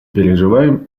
переживаем